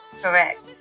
Correct